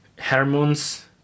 hormones